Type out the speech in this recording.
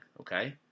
okay